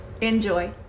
enjoy